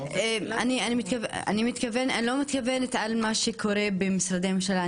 אני לא מתכוונת למה שקורה במשרדי ממשלה,